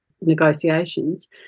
negotiations